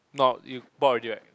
not you bored already right